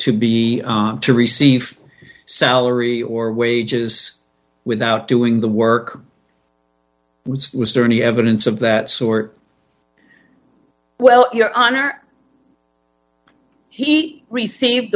to be to receive a salary or wages without doing the work was there any evidence of that sort well your honor he received